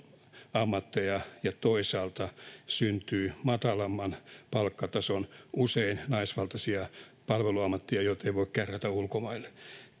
ammatteja ja toisaalta syntyy matalamman palkkatason usein naisvaltaisia palveluammatteja joita ei voi kärrätä ulkomaille